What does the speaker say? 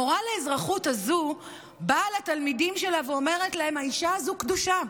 המורה הזו לאזרחות באה לתלמידים שלה ואומרת להם: האישה הזו קדושה.